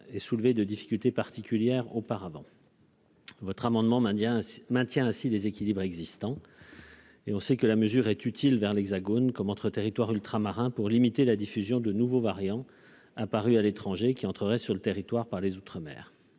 et soulever de difficultés particulières auparavant. Votre amendement maintient maintient ainsi déséquilibre existant. Et on sait que la mesure est utile vers l'Hexagone comme entre territoires ultramarins pour limiter la diffusion de nouveaux variants a paru à l'étranger qui entreraient sur le territoire par les Outre-mer